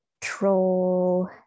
troll